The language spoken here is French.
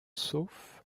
sauf